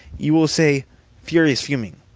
you will say furious-fuming